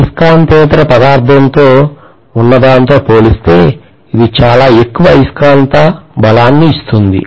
అయస్కాంతేతర పదార్థంలో ఉన్నదానితో పోలిస్తే ఇది చాలా ఎక్కువ అయస్కాంత బలాన్ని ఇస్తుంది